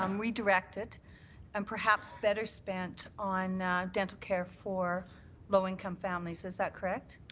um redirected and perhaps better spent on dental care for low-income families. is that correct?